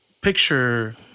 picture